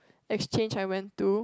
exchange I went to